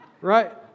right